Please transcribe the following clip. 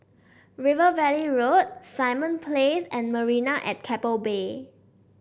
River Valley Road Simon Place and Marina at Keppel Bay